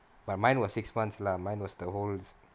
but mine was six months lah mine was the whole